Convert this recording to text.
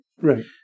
Right